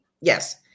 Yes